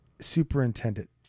superintendent